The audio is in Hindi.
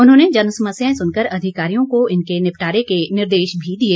उन्होंने जन समस्याएं सुनकर अधिकारियों को इनके निपटारे के निर्देश भी दिए